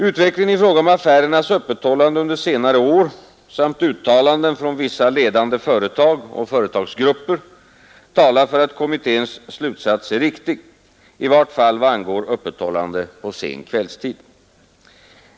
Utvecklingen i fråga om affärernas öppethållande under senare år samt uttalanden från vissa ledande företag och företagsgrupper talar för att kommitténs slutsats är riktig, i vart fall vad angår öppethållande på sen kvällstid.